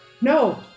No